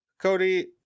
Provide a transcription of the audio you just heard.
Cody